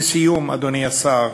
לסיום, אדוני השר,